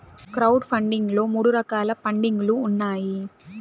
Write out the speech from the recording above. crowd funding లో మూడు రకాల పండింగ్ లు ఉన్నాయి